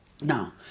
Now